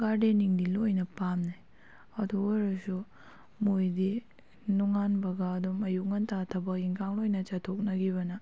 ꯒꯥꯔꯗꯦꯟꯅꯤꯡꯗꯤ ꯂꯣꯏꯅ ꯄꯥꯝꯅꯩ ꯑꯗꯨ ꯑꯣꯏꯔꯁꯨ ꯃꯣꯏꯗꯤ ꯅꯣꯡꯉꯥꯟꯕꯒ ꯑꯗꯨꯝ ꯑꯌꯨꯛ ꯉꯟꯇꯥ ꯊꯕꯛ ꯏꯟꯈꯥꯡ ꯂꯣꯏꯅ ꯆꯠꯊꯣꯛꯅꯈꯤꯕꯅ